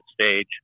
stage